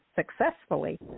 successfully